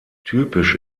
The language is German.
typisch